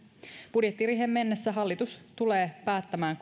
budjettiriiheen mennessä hallitus tulee päättämään